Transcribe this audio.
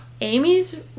Amy's